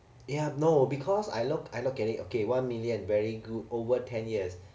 ya no because I look I look at it okay one million very good over ten years